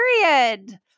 period